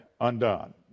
undone